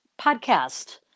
podcast